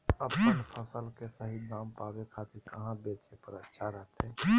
अपन फसल के सही दाम पावे खातिर कहां बेचे पर अच्छा रहतय?